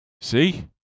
See